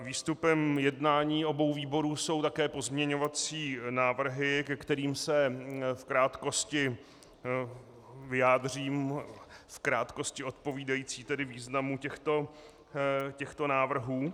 Výstupem jednání obou výborů jsou také pozměňovací návrhy, ke kterým se v krátkosti vyjádřím v krátkosti odpovídající tedy významu těchto návrhů.